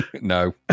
No